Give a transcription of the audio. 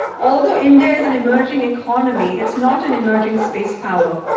although india is an emerging economy, it's not an emerging space power.